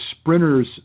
sprinter's